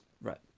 Right